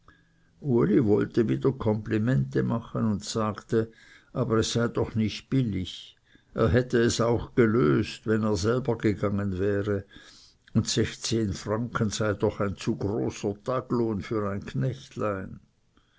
uli wollte wieder komplimente machen und sagte aber es sei doch nicht billig er hätte es auch gelöst wenn er selbst gegangen wäre und sechszehn pfund sei doch ein zu großer taglohn für ein knechtlein